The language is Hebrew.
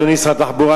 אדוני שר התחבורה,